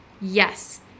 yes